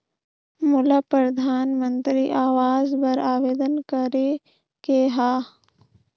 मोला परधानमंतरी आवास बर आवेदन करे के हा?